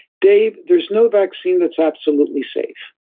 dave, there's no vaccine that's absolutely safe,